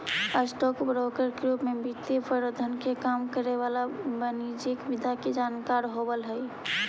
stock broker के रूप में वित्तीय प्रबंधन के काम करे वाला वाणिज्यिक विधा के जानकार होवऽ हइ